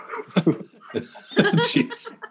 Jeez